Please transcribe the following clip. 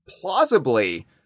plausibly